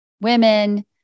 women